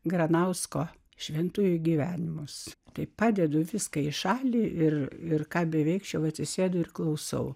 granausko šventųjų gyvenimus taip padedu viską į šalį ir ir ką beveikčiau atsisėdu ir klausau